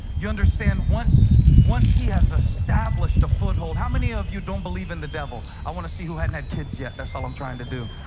you understand once once he has established a foothold how many of you don't believe in the devil i want to see who hadn't had kids yet. that's all i'm trying to do